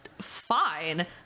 fine